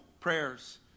prayers